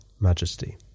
majesty